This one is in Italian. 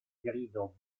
grido